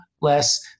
less